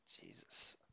Jesus